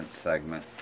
segment